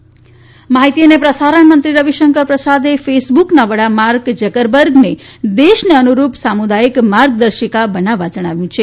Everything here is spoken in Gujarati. ફેસબુક માહિતી અને પ્રસારણ મંત્રી રવીશંકર પ્રસાદે ફેસબુકના વડા માર્ક જકરબર્ગને દેશને અનુરૂપ સામુદાયિક માર્ગદર્શીકા બનાવવા જણાવ્યું છે